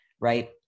Right